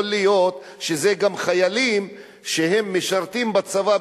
יכול להיות שזה גם חיילים שמשרתים בצבא,